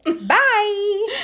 Bye